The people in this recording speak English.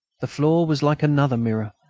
the floor was like another mirror.